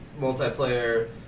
multiplayer